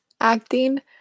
acting